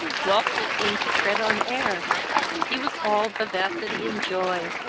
walter seemed to tread on air he was all vivacity and joy,